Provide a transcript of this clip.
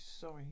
sorry